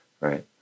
right